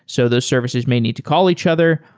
so the services may need to call each other.